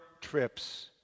trips